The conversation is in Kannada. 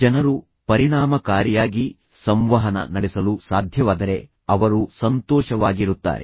ಜನರು ಪರಿಣಾಮಕಾರಿಯಾಗಿ ಸಂವಹನ ನಡೆಸಲು ಸಾಧ್ಯವಾದರೆ ಅವರು ಸಂತೋಷವಾಗಿರುತ್ತಾರೆ